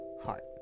heart